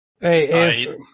Hey